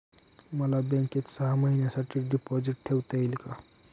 मला बँकेत सहा महिन्यांसाठी डिपॉझिट ठेवता येईल का?